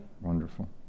wonderful